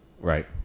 right